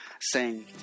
sing